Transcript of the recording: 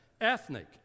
ethnic